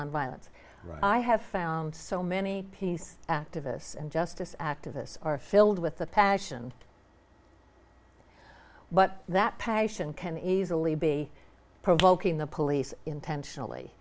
nonviolence i have found so many peace activists and justice activists are filled with the passion but that passion can easily be provoking the police intentionally